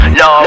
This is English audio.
no